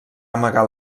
amagar